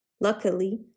Luckily